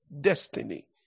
destiny